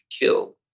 killed